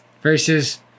versus